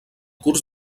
curs